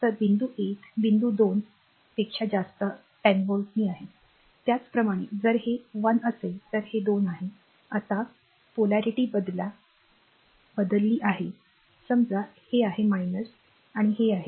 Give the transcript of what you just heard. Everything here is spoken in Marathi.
तर बिंदू 1 बिंदू 2 aboveवरील 10 व्होल्ट आहे त्याचप्रमाणे जर हे 1 असेल तर हे 2 आहे आता polarityध्रुवपणा बदलला आहे समजा हे आहे हे आहे